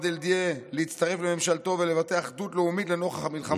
דאלאדיה להצטרף לממשלתו ולבטא אחדות לאומית לנוכח המלחמה.